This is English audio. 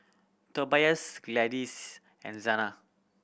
Tobias Gladyce and Zana